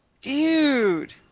Dude